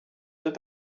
deux